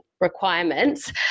requirements